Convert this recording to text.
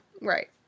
right